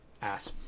ass